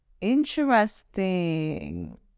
Interesting